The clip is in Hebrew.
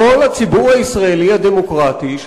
לכל הציבור הישראלי הדמוקרטי,